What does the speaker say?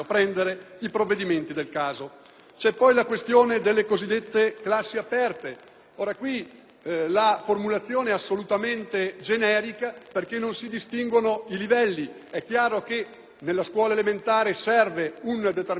è poi la questione delle cosiddette classi aperte; la formulazione è generica perché non si distinguono i livelli. È chiaro che nella scuola elementare serve un determinato tipo di sensibilità,